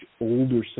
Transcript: older